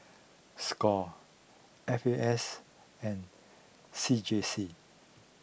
Score F A S and C J C